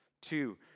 Two